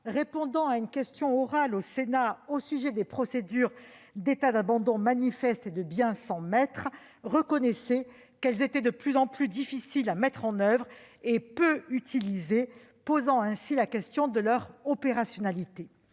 répondant à une question orale au Sénat au sujet des procédures d'état d'abandon manifeste et de biens sans maître reconnaissait qu'elles étaient de plus en plus difficiles à mettre en oeuvre et peu utilisées, posant ainsi la question de leur opérationnalité.